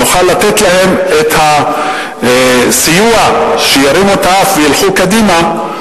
נוכל לתת להן את הסיוע שירימו את האף וילכו קדימה,